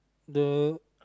the